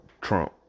Trump